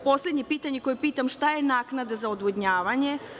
Poslednje pitanje koje pitam je šta je naknada za odvodnjavanje?